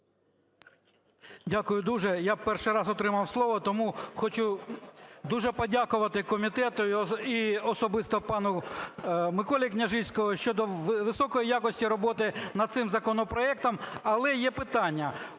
Дякую дуже. Я перший раз отримав слово. Тому хочу дуже подякувати комітетові і особисто пану Миколі Княжицькому щодо високої якості роботи над цим законопроектом. Але є питання